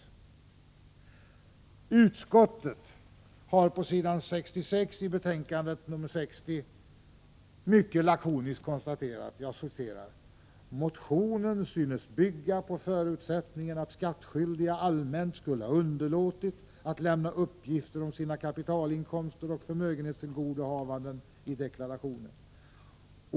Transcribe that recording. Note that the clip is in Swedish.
Skatteutskottet har på s. 66 i betänkande 60 mycket lakoniskt konstaterat: ”Motionen synes bygga på förutsättningen att skattskyldiga allmänt skulle ha underlåtit att lämna uppgifter om sina kapitalinkomster och förmögenhetstillgodohavanden i deklarationen.